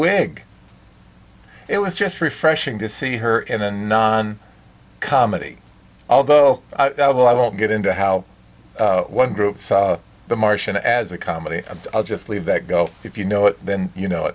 wig it was just refreshing to see her in a non comedy although well i won't get into how one group the martian as a comedy i'll just leave that go if you know it then you know